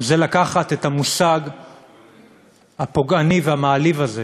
זה לקחת את המושג הפוגעני והמעליב הזה,